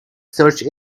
search